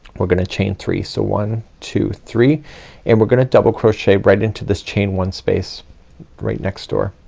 we're gonna chain three. so one, two, three and we're gonna double crochet right into this chain one space right next door.